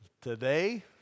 today